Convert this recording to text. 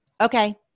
Okay